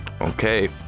Okay